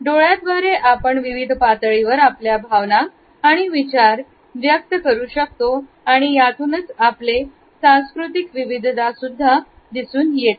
डोळ्याद्वारे आपण विविध पातळीवर आपल्या भावना आणि विचार व्यक्त करू शकतो आणि यातूनच आपले सांस्कृतिक विविधता सुद्धा दिसून येते